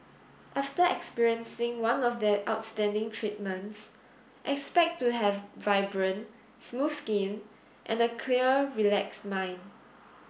after experiencing one of their outstanding treatments expect to have vibrant smooth skin and a clear relaxed mind